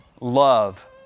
love